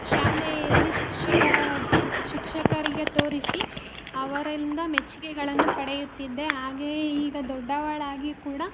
ಶಾಲೆಯಲ್ಲಿ ಶಿಕ್ಷಕರ ಶಿಕ್ಷಕರಿಗೆ ತೋರಿಸಿ ಅವರಿಂದ ಮೆಚ್ಚುಗೆಗಳನ್ನು ಪಡೆಯುತ್ತಿದ್ದೆ ಹಾಗೆಯೇ ಈಗ ದೊಡ್ಡವಳಾಗಿಯೂ ಕೂಡ